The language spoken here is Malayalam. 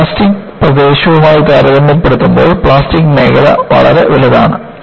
ഇലാസ്റ്റിക് പ്രദേശവുമായി താരതമ്യപ്പെടുത്തുമ്പോൾ പ്ലാസ്റ്റിക് മേഖല വളരെ വലുതാണ്